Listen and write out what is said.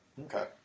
Okay